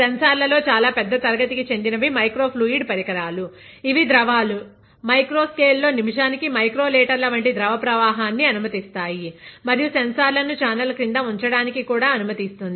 సెన్సార్ల లో చాలా పెద్ద తరగతి కి చెందినవి మైక్రో ఫ్లూయిడ్ పరికరాలు ఇవి ద్రవాలు మైక్రో స్కేల్ లో నిమిషానికి మైక్రో లీటర్ల వంటి ద్రవ ప్రవాహాన్ని అనుమతిస్తాయి మరియు సెన్సార్లను ఛానల్ క్రింద ఉంచడానికి కూడా అనుమతిస్తుంది